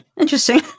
interesting